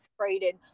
traded